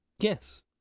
Yes